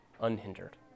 unhindered